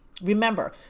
Remember